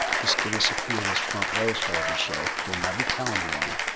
just give us a few of those front rows for every show. we'll never tell anyone.